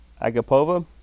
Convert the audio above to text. Agapova